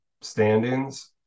standings